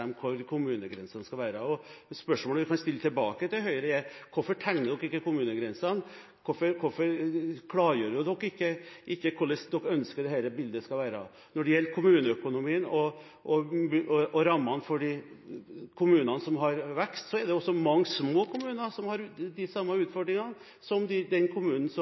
være. Spørsmålet vi kan stille tilbake til Høyre, er: Hvorfor tegner dere ikke kommunegrensene? Hvorfor klargjør dere ikke hvordan dere ønsker at dette bildet skal være? Når det gjelder kommuneøkonomien og rammene for de kommunene som har vekst, er det også mange små kommuner som har de samme utfordringene som den kommunen som representanten Helleland nevnte her. Jeg vil bare påpeke at det eksisterende inntektssystemet ivaretar både små og store kommuner. Vi er imot det omfordelingssystemet som